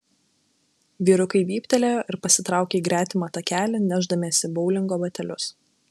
vyrukai vyptelėjo ir pasitraukė į gretimą takelį nešdamiesi boulingo batelius